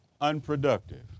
unproductive